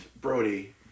Brody